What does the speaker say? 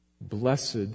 Blessed